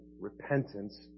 Repentance